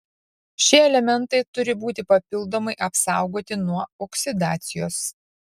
šie elementai turi būti papildomai apsaugoti nuo oksidacijos